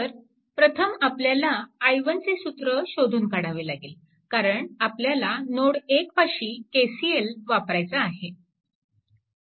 तर प्रथम आपल्याला i1चे सूत्र शोधून काढावे लागेल कारण आपल्याला नोड 1 पाशी KCL वापरायचा आहे